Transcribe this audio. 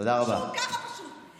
ככה פשוט.